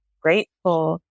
grateful